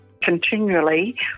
continually